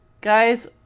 guys